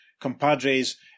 compadres